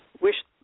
wish